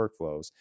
workflows